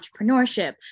entrepreneurship